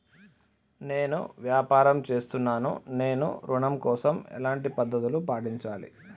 నేను వ్యాపారం చేస్తున్నాను నేను ఋణం కోసం ఎలాంటి పద్దతులు పాటించాలి?